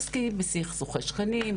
עוסקים בסכסוכי שכנים,